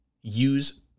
use